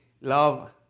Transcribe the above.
love